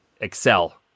excel